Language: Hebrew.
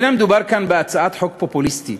לא מדובר כאן בהצעת חוק פופוליסטית,